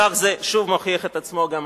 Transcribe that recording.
כך זה שוב מוכיח את עצמו גם הפעם.